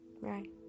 Right